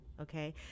okay